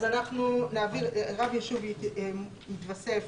רב ישוב יתווסף